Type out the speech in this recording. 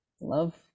love